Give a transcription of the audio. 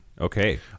okay